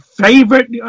favorite